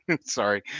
sorry